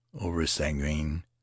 over-sanguine